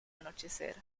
anochecer